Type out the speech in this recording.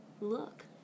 look